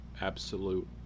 absolute